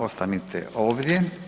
Ostanite ovdje.